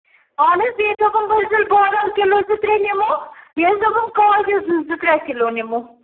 اَہن حظ بیٚیہِ دوٚپُن بٕرزٔلۍ بادم کِلوٗ زٕ ترٛےٚ نِمو بیٚیہِ حظ دوٚپُم کاجوٗ زٕ ترٛےٚ کِلوٗ نِمو